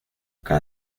cada